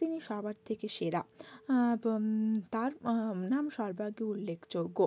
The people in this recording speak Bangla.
তিনি সবার থেকে সেরা তার নাম সর্বাগ্রে উল্লেখযোগ্য